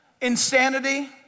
Insanity